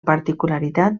particularitat